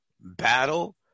battle